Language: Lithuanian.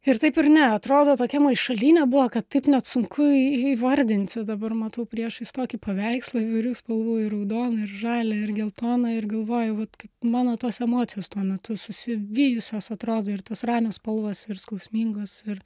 ir taip ir ne atrodo tokia maišalynė buvo kad taip net sunku įvardinti dabar matau priešais tokį paveikslą įvairių spalvų ir raudoną ir žalią ir geltoną ir galvoju vat kaip mano tos emocijos tuo metu susivijusios atrodo ir tos ramios spalvos ir skausmingos ir